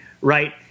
right—